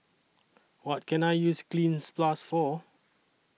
What Can I use Cleanz Plus For